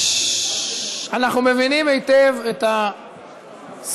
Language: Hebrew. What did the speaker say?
אנחנו מבינים היטב את הסערה,